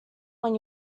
when